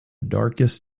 darkest